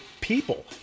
people